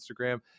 Instagram